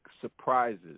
surprises